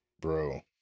Bro